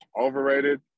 Overrated